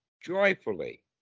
joyfully